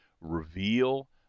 reveal